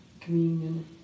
communion